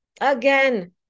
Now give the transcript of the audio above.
again